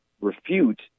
refute